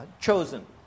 chosen